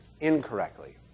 incorrectly